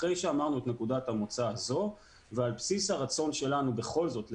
אחרי שאמרנו את נקודת המוצא הזאת ועל בסיס הרצון שלנו בכל זאת לתמרץ,